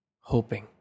hoping